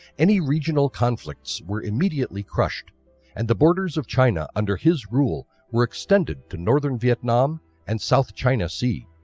any regional conflicts were immediately crushed and the borders of china under his rule were extended to northern vietnam and south china sea.